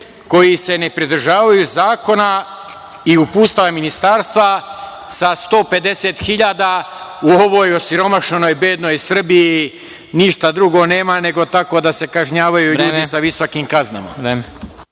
koji se ne pridržavaju zakona i uputstava ministarstva sa 150.000. U ovoj osiromašenoj bednoj Srbiji, ništa drugo nema nego tako da se kažnjavaju ljudi sa visokom kaznama.